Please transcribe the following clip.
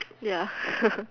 ya